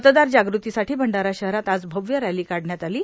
मतदार जागृतीसाठी भंडारा शहरात आज भव्य रॅलो काढण्यात आलो